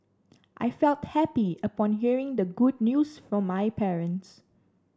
I felt happy upon hearing the good news from my parents